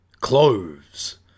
Cloves